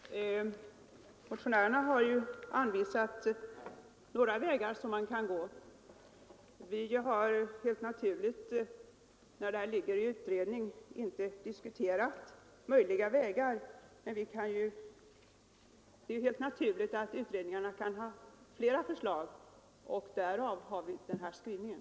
Fru talman! Motionärerna har ju anvisat några vägar som man kan gå. Vi har helt naturligt, när detta är föremål för utredning, inte diskuterat möjliga vägar. Men utredningarna kan givetvis ha flera förslag, och därför har vi den här skrivningen.